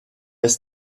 ist